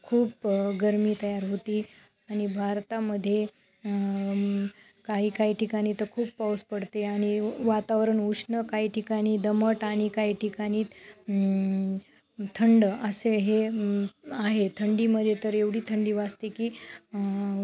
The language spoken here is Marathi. खूप गर्मी तयार होती आणि भारतामध्ये काही काही ठिकाणी तर खूप पाऊस पडते आणि वातावरण उष्ण काही ठिकाणी दमट आणि काही ठिकाणी थंड असे हे आहे थंडीमध्ये तर एवढी थंडी वाजते की